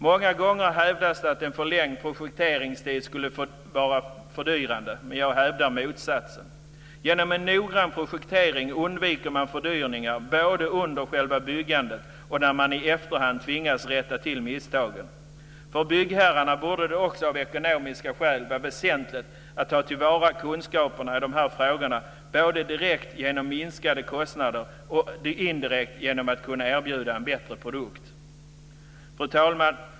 Många gånger hävdas det att en förlängd projekteringstid skulle vara fördyrande, men jag hävdar motsatsen. Genom en noggrann projektering undviker man fördyringar både under själva byggandet och när man i efterhand tvingas att rätta till misstagen. För byggherrarna borde det också av ekonomiska skäl vara väsentligt att ta till vara kunskaperna i de här frågorna både direkt genom minskade kostnader och indirekt genom att kunna erbjuda en bättre produkt. Fru talman!